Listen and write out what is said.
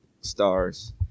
stars